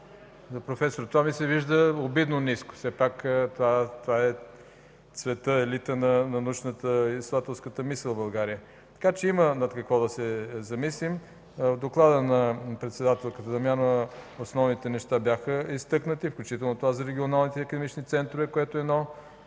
за професор. Това ми се вижда обидно ниско. Все пак това е елитът на научната и изследователска мисъл в България. Има над какво да се замислим. В доклада на председателката Дамянова основните неща бяха изтъкнати, включително и за регионалните академични центрове, което е